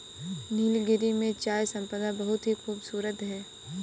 नीलगिरी में चाय संपदा बहुत ही खूबसूरत है